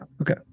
okay